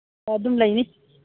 ꯑꯣ ꯑꯗꯨꯝ ꯂꯩꯅꯤ